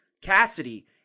Cassidy